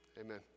Amen